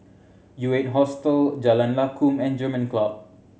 U Eight Hostel Jalan Lakum and German Club